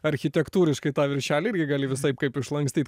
architektūriškai tą viršelį irgi gali visaip kaip išlankstyt